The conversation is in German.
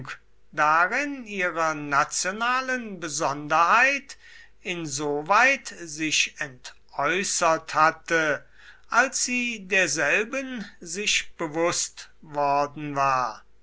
darin ihrer nationalen besonderheit insoweit sich entäußert hatte als sie derselben sich bewußt worden war